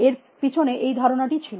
এর পিছনে এই ধারণাটিই ছিল